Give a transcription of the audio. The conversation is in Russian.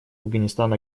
афганистан